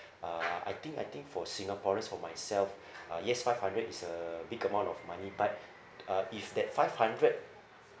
uh I think I think for singaporeans for myself uh yes five hundred is a big amount of money but uh if that five hundred